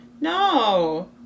no